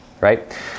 right